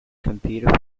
computer